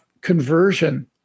conversion